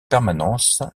permanence